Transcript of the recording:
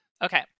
Okay